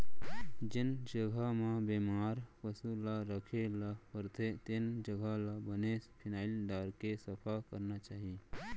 जेन जघा म बेमार पसु ल राखे ल परथे तेन जघा ल बने फिनाइल डारके सफा करना चाही